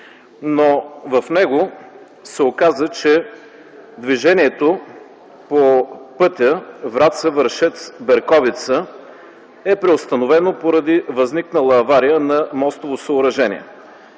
В него се оказа, че движението по пътя Враца-Вършец-Берковица е преустановено, поради възникнала авария на мостово съоръжение.